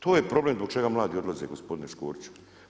To je problem zbog čega mladi odlaze gospodine Škorić.